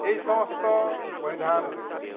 এই সমস্ত পরিধান রয়েছে